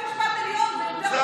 בית משפט עליון ביותר,